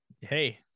Hey